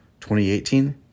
2018